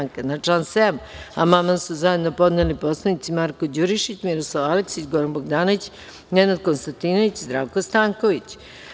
Na član 7. amandman su zajedno podneli poslanici Marko Đurišić, Miroslav Aleksić, Goran Bogdanović, Nenad Konstantinović i Zdravko Stanković.